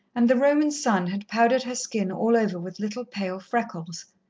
and the roman sun had powdered her skin all over with little, pale freckles.